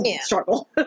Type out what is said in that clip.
struggle